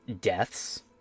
deaths